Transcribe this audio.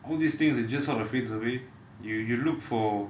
all these things it just sort of the frees the way you you look for